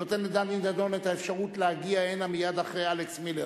אני נותן לדני דנון את האפשרות להגיע הנה מייד אחרי אלכס מילר.